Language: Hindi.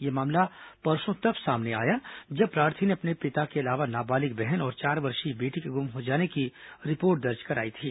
यह मामला परसों तब सामने आया जब प्रार्थी ने अपने पिता के अलावा नाबालिग बहन और चार वर्षीय बेटी के गुम हो जाने की रिपोर्ट दर्ज कराई थी